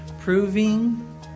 Proving